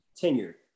tenure